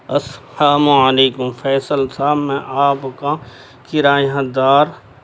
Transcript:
السلام علیکم فیصل صاحب میں آپ کا کرایہ دار